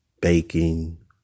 baking